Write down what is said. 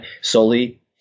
solely